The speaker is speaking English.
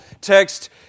text